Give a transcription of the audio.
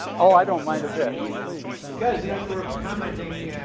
oh, i don't mind a bit. please. yes. you know, you were commenting,